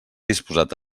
dispost